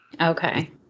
Okay